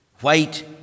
white